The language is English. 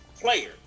player